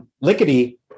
Lickety